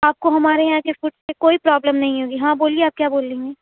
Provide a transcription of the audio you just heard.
آپ کو ہمارے یہاں کے فوڈ سے کوئی پرابلم نہیں ہوگی ہاں بولیے آپ کیا بول رہی ہیں